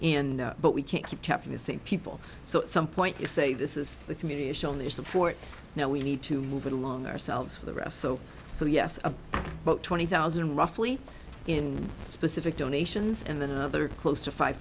and but we can't keep tapping the same people so at some point you say this is the community showing their support now we need to move it along ourselves for the rest so so yes of about twenty thousand roughly in specific donations and then another close to five